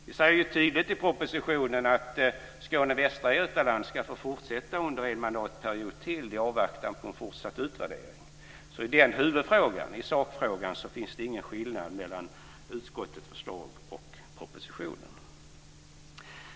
Vi säger tydligt i propositionen att Skåne och Västra Götaland ska få fortsätta under en mandatperiod till i avvaktan på en fortsatt utvärdering. I den frågan - i huvudfrågan - finns det ingen skillnad mellan utskottets förslag och propositionen.